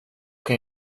kan